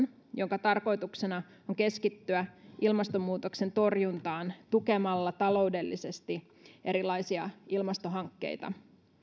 jonka tarkoituksena on keskittyä ilmastonmuutoksen torjuntaan tukemalla taloudellisesti erilaisia ilmastohankkeita